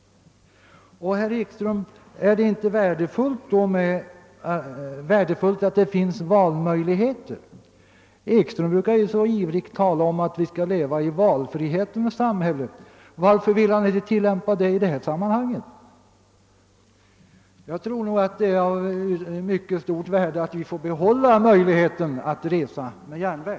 Och är det inte värdefullt att ha valmöjligheter, herr Ekström? I andra sammanhang brukar ju herr Ekström ivrigt tala för att vi skall ha valfrihet i samhället, varför vill herr Ekström inte tillämpa det resonemanget i detta fall? Jag anser att det är av mycket stort värde att vi får behålla möjligheten att resa med järnväg.